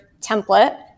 template